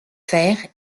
faire